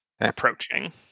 approaching